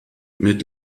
mit